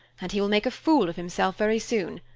and he will make a fool of himself very soon,